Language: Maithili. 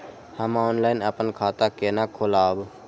हम ऑनलाइन अपन खाता केना खोलाब?